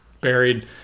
buried